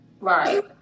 Right